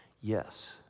yes